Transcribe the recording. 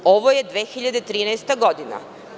Ovo je 2013. godina.